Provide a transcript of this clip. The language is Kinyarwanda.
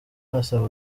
arasaba